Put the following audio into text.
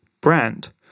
brand